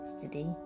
today